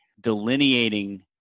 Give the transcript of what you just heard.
delineating